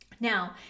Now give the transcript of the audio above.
Now